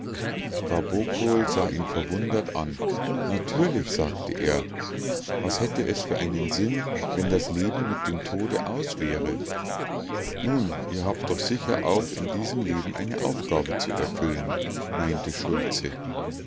gabokol sah ihn verwundert an natürlich sagte er was hätte es für einen sinn wenn das leben mit dem tode aus wäre nun ihr habt doch sicher auch in diesem leben eine aufgabe zu erfüllen meinte schultze